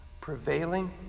prevailing